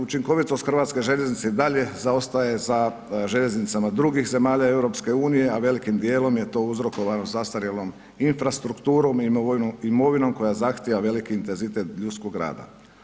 Učinkovitost hrvatske željeznice i dalje zaostaje za željeznicama drugih zemalja EU-a a velikom djelom je to uzrokovano zastarjelom infrastrukturom i imovinom koji zahtijeva veliki intenzitet ljudskog rada.